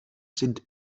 sind